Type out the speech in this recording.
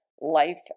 Life